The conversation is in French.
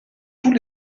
tous